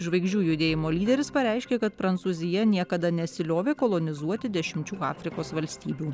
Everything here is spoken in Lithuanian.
žvaigždžių judėjimo lyderis pareiškė kad prancūzija niekada nesiliovė kolonizuoti dešimčių afrikos valstybių